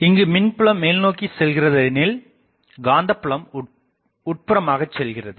இங்கு மின்புலம் மேல்நோக்கி செல்கிறதெனில் காந்தபுலம் உட்புறமாகச் செல்கிறது